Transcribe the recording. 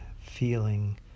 feeling